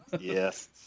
Yes